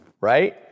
right